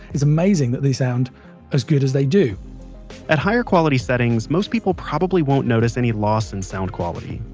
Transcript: it's amazing that they sound as good as they do at higher-quality settings, most people probably won't notice any loss in sound quality.